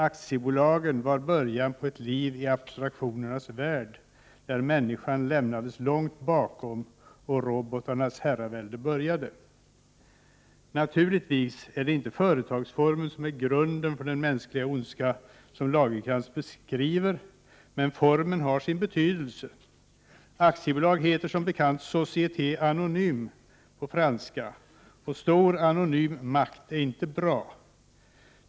Aktiebolaget var början på ett liv i abstraktionernas värld där människan lämnades långt bakom och robotarnas herravälde började.” Naturligtvis är det inte företagsformen som är grunden för den mänskliga ondska som Lagercrantz beskriver, men formen har sin betydelse. Aktiebolag heter som bekant ”société anonyme” på franska, och stor anonym makt är inte bra.